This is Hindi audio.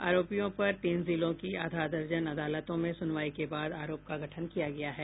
आरोपियों पर तीन जिलों की आधा दर्जन अदालतों में सुनवाई के बाद आरोप का गठन किया गया है